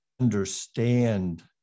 understand